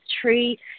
tree